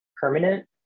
permanent